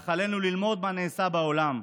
אך עלינו ללמוד מהנעשה בעולם,